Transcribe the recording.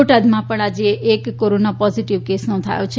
બોટાદમાં પણ આજે એક કોરોના પોઝીટીવ કેસ નોંધાયો છે